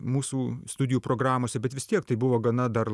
mūsų studijų programose bet vis tiek tai buvo gana dar